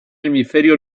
hemisferio